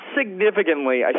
significantly